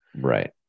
Right